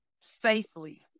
safely